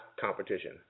competition